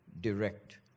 direct